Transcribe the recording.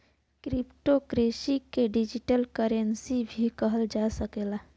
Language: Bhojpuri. क्रिप्टो करेंसी के डिजिटल करेंसी भी कहल जा सकला